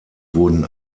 wurden